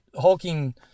hulking